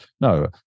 no